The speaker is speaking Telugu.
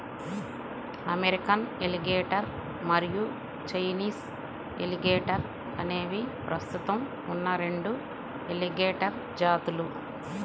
అమెరికన్ ఎలిగేటర్ మరియు చైనీస్ ఎలిగేటర్ అనేవి ప్రస్తుతం ఉన్న రెండు ఎలిగేటర్ జాతులు